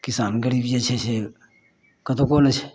किसान गरीब जे छै से कतुको नहि छै